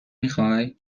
میخوای